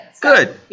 Good